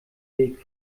weg